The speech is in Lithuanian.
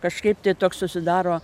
kažkaip tai toks susidaro